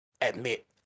admit